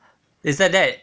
isn't that